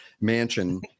mansion